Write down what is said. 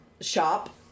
shop